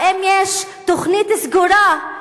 האם יש תוכנית סגורה,